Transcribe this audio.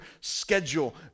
schedule